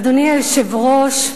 אדוני היושב-ראש,